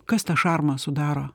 kas tą šarmą sudaro